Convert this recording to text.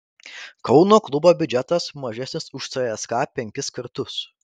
kauno klubo biudžetas mažesnis už cska penkis kartus